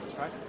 right